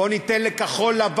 בואו ניתן לכחול-לבן,